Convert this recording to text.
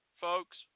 folks